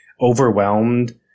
overwhelmed